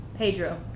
Pedro